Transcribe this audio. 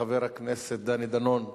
חבר הכנסת דני דנון.